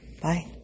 Bye